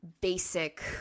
basic